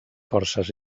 forces